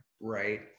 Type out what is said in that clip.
right